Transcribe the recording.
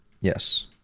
yes